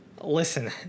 Listen